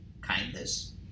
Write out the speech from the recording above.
kindness